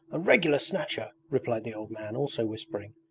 a regular snatcher replied the old man, also whispering.